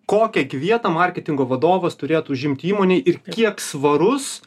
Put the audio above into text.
kokią gi vietą marketingo vadovas turėtų užimti įmonėj ir kiek svarus